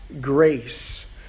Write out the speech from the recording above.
grace